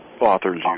authors